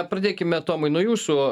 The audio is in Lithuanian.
pradėkime tomai nuo jūsų